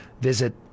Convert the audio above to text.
Visit